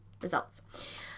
results